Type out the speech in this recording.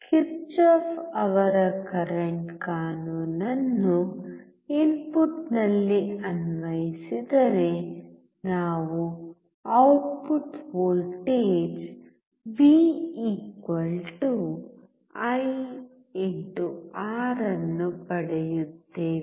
Kirchhoff ಅವರ current ಕಾನೂನನ್ನು ಇನ್ಪುಟ್ನಲ್ಲಿ ಅನ್ವಯಿಸಿದರೆ ನಾವು ಔಟ್ಪುಟ್ ವೋಲ್ಟೇಜ್ VIR ಅನ್ನು ಪಡೆಯುತ್ತೇವೆ